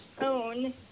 own